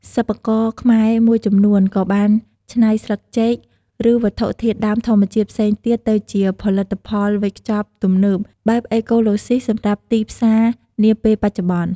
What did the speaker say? សិប្បករខ្មែរមួយចំនួនក៏បានច្នៃស្លឹកចេក ឬវត្ថុធាតុដើមធម្មជាតិផ្សេងទៀត ទៅជា ផលិតផលវេចខ្ចប់ទំនើប បែបអេកូឡូស៊ីសម្រាប់ទីផ្សារនាពេលបច្ចុប្បន្ន។